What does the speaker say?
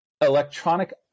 electronic